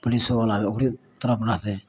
पुलिसोवला तऽ ओकरे तरफ रहतय